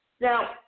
Now